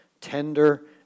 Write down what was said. tender